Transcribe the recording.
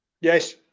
Yes